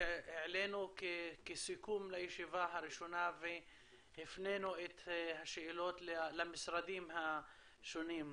העלינו כסיכום לישיבה הראשונה והפנינו את השאלות למשרדים השונים.